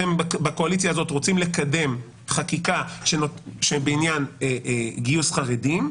כשאתם בקואליציה הזאת רוצים לקדם חקיקה בעניין גיוס חרדים,